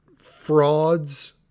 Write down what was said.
frauds